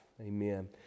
Amen